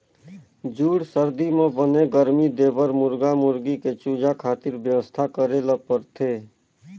जूड़ सरदी म बने गरमी देबर मुरगा मुरगी के चूजा खातिर बेवस्था करे ल परथे